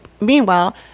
Meanwhile